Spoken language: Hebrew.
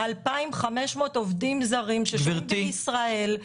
אנחנו לוקחים פה 2,500 עובדים זרים ששוהים בישראל,